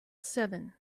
seven